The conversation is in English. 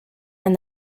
and